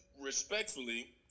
respectfully